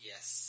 Yes